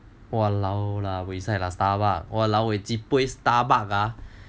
!walao! lah buay sai lah Starbuck !walao! ji puay Starbuck ah